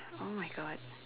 !oh-my-God!